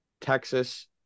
Texas